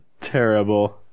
Terrible